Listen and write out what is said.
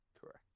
Correct